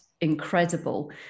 incredible